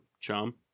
Chum